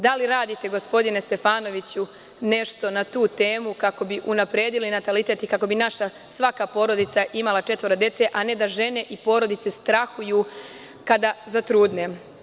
Da li radite, gospodine Stefanoviću, nešto na tu temu kako bismo unapredili natalitet i kako bi svaka naša porodica imala četvoro dece, a ne da žene i porodice strahuju kada zatrudne?